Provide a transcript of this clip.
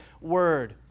word